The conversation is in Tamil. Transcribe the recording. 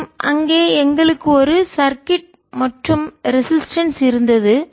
மேலும் அங்கே எங்களுக்கு ஒரு சர்கிட் சுற்று மற்றும் ரெசிஸ்டன்ஸ் தடை இருந்தது